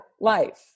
life